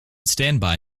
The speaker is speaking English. standby